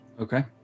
Okay